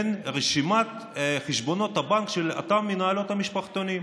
אין רשימת חשבונות בנק של אותן מנהלות משפחתונים.